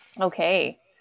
okay